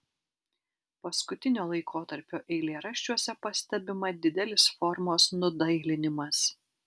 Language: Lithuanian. paskutinio laikotarpio eilėraščiuose pastebima didelis formos nudailinimas